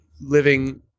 living